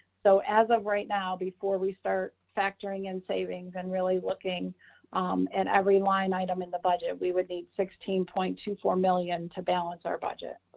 so as of right now, before we start factoring in savings and really looking and every line item in the budget, we would need sixteen point two four million to balance our budget.